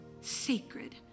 Sacred